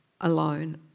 alone